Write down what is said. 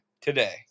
today